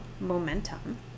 momentum